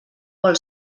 vol